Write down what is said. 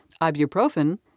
ibuprofen